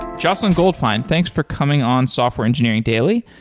jocelyn goldfein, thanks for coming on software engineering daily.